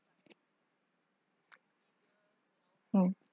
no